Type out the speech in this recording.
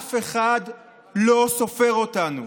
אף אחד לא סופר אותנו.